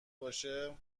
باشه